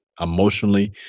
emotionally